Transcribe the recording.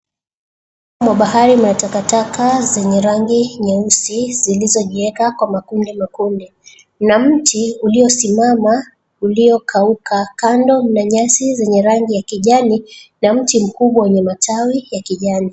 Ufuo wa bahari mna takataka zenye rangi nyeusi zilizojieka kwa makundi makundi. Kuna mti uliosimama uliokauka kando mna nyasi zenye rangi ya kijani na mti mkubwa wenye matawi ya kijani.